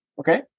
Okay